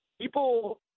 People